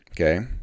Okay